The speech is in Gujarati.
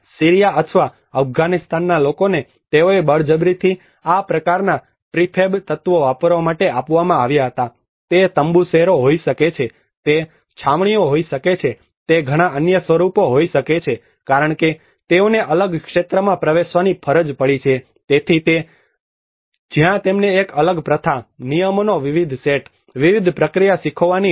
સીરિયા અથવા અફઘાનિસ્તાનના લોકોને તેઓને બળજબરીથી આ પ્રકારના પ્રિફેબ તત્વો વાપરવા માટે આપવામાં આવ્યા હતા તે તંબૂ શહેરો હોઈ શકે છે તે છાવણીઓ હોઈ શકે છે તે ઘણા અન્ય સ્વરૂપો હોઈ શકે છે કારણ કે તેઓને અલગ ક્ષેત્રમાં પ્રવેશવાની ફરજ પડી છે તેથી તે છે જ્યાં તેમને એક અલગ પ્રથા નિયમોનો વિવિધ સેટ વિવિધ પ્રક્રિયા શીખવાની હોય છે